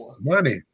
Money